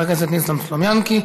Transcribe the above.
חבר הכנסת ניסן סלומינסקי.